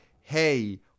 hey